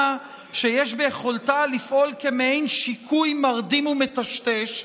שיש ביכולתה לפעול כמעין שיקוי מרדים ומטשטש.